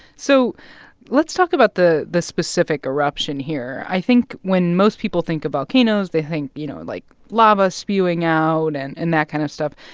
so let's talk about the the specific eruption here. i think when most people think of volcanoes, they think, you know, like, lava spewing out and and that kind of stuff.